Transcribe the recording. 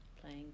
playing